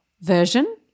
version